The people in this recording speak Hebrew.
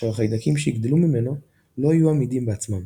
אשר החיידקים שיגדלו ממנו לא יהיו עמידים בעצמם.